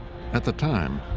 at the time,